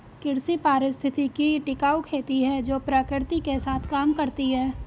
कृषि पारिस्थितिकी टिकाऊ खेती है जो प्रकृति के साथ काम करती है